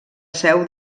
seu